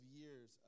years